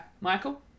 Michael